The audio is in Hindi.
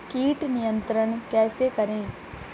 कीट नियंत्रण कैसे करें?